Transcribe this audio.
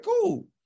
cool